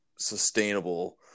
sustainable